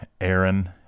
Aaron